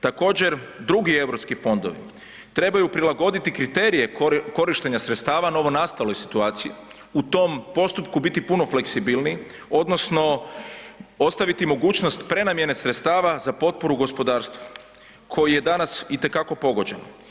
Također drugi Europski fondovi trebaju prilagoditi kriterije korištenja sredstava novonastaloj situaciji, u tom postupku biti puno fleksibilniji odnosno ostaviti mogućnost prenamjene sredstava za potporu gospodarstvu koji je danas itekako pogođen.